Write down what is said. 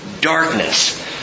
darkness